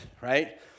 right